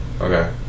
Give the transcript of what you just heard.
Okay